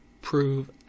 prove